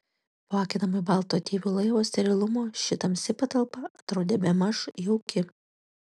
po akinamai balto ateivių laivo sterilumo ši tamsi patalpa atrodė bemaž jauki